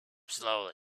slowly